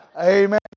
Amen